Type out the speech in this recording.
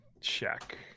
check